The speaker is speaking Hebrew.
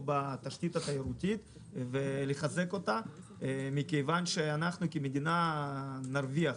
בתשתית התיירותית ולחזק אותה מכיוון שאנחנו כמדינה נרוויח.